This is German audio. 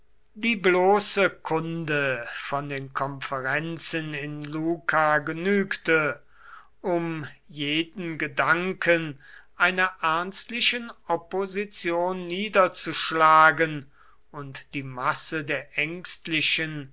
die bloße kunde von den konferenzen in luca genügte um jeden gedanken einer ernstlichen opposition niederzuschlagen und die masse der ängstlichen